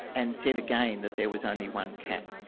and said again that there was only one cap.